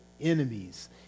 enemies